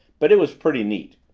but it was pretty neat.